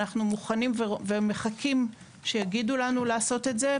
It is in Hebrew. אנחנו מוכנים ומחכים שיגידו לנו לעשות את זה.